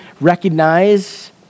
recognize